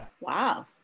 wow